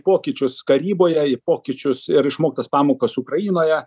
pokyčius karyboje į pokyčius ir išmoktas pamokas ukrainoje